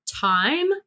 time